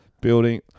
building